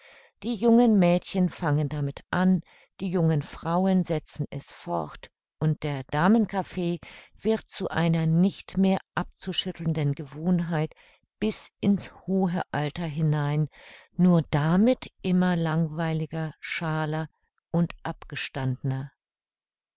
die jungen mädchen fangen damit an die jungen frauen setzen es fort und der damenkaffee wird zu einer nicht mehr abzuschüttelnden gewohnheit bis in's hohe alter hinein nur damit immer langweiliger schaaler und abgestandner